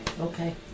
Okay